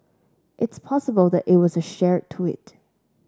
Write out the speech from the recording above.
it's possible that it was a shared tweet